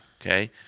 Okay